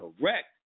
correct